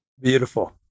Beautiful